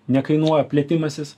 nekainuoja plėtimasis